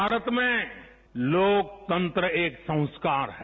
भारत में लोकतंत्र एक संस्कार है